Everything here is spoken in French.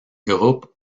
groupe